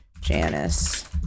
Janice